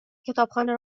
کتابخانه